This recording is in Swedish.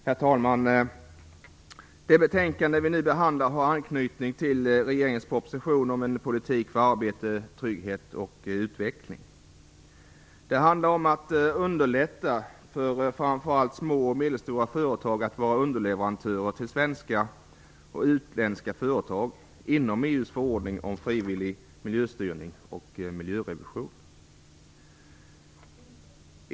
Herr talman! Det betänkande vi nu behandlar har anknytning till regeringens proposition om en politik för arbete, trygghet och utveckling. Det handlar om att underlätta för framför allt små och medelstora företag att vara underleverantörer till svenska och utländska företag enligt EU:s förordning om frivillig miljöstyrning och miljörevision.